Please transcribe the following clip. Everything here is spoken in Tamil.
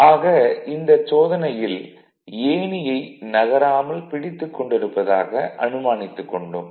ஆக இந்தச் சோதனையில் ஏணியை நகராமல் பிடித்துக் கொண்டிருப்பதாக அனுமானித்துக் கொண்டோம்